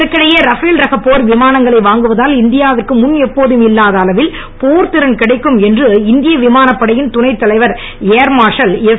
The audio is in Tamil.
இதற்கிடையே ரஃபேல் ரக போர் விமானங்களை வாங்குவதால் இந்தியாவிற்கு முன் எப்போதும் இல்லாத அளவில் போர்த் திறன் கிடைக்கும் என்று இந்திய விமானப் படையின் தணைத் தலைவர் ஏர்மார்ஷல் எஸ்